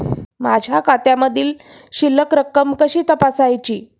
माझ्या खात्यामधील शिल्लक रक्कम कशी तपासायची?